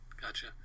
gotcha